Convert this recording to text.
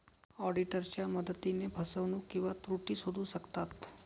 ऑडिटरच्या मदतीने फसवणूक किंवा त्रुटी शोधू शकतात